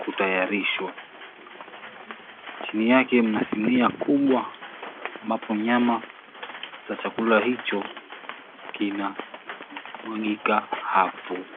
kutayarishwa. Chini yake mna sinia kubwa ambapo nyama za chakula hicho kinamwagika hapo.